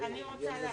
אני רוצה להציע,